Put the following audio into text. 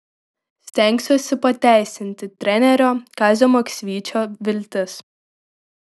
stengsiuosi pateisinti trenerio kazio maksvyčio viltis